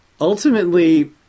ultimately